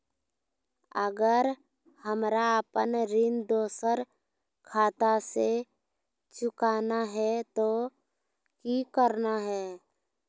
अगर हमरा अपन ऋण दोसर खाता से चुकाना है तो कि करना है?